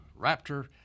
raptor